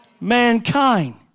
Mankind